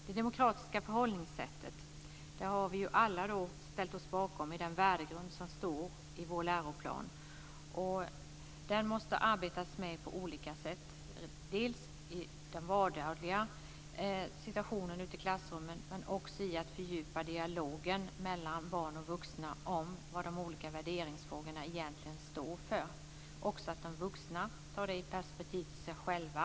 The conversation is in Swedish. Det demokratiska förhållningssättet har vi alla ställt oss bakom i den värdegrund som står i vår läroplan. Den måste man arbeta med på olika sätt. Det gör man i den vardagliga situationen i klassrummen men också genom att fördjupa dialogen mellan barn och vuxna om vad de olika värderingsfrågorna egentligen står för. De vuxna måste också se det i perspektivet till sig själva.